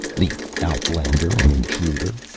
the outlander and intruder?